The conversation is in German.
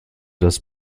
das